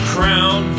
Crown